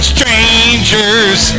Strangers